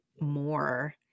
more